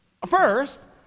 First